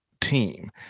team